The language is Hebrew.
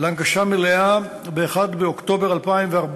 להנגשה מלאה ב-1 באוקטובר 2014,